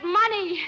money